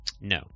No